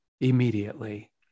Immediately